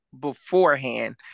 Beforehand